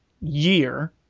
year